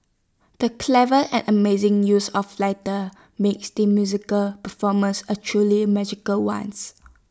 the clever and amazing use of lighter made musical performance A truly magical ones